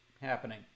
happening